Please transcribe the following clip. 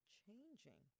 changing